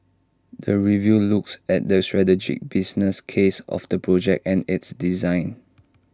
the review looks at the strategic business case of the project and its design